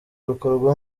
rukorwa